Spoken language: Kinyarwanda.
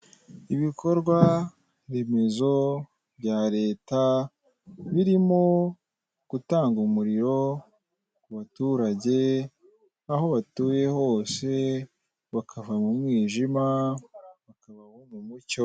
Ibikorwaremezo bya leta birimo gutanga umuriro ku baturage aho batuye hose bakava mu mwijima bakaba nko mu mucyo.